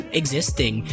existing